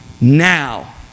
now